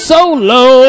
Solo